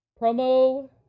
promo